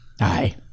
Aye